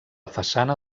façana